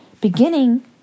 beginning